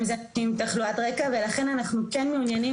גם זה עם תחלואת רקע ולכן אנחנו כן מעוניינים